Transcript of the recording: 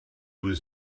was